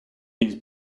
these